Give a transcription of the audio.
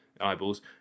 eyeballs